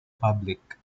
public